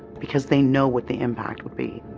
because they know what the impact would be.